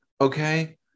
Okay